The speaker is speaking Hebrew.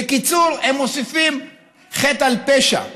בקיצור, הם מוסיפים חטא על פשע: